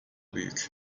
büyük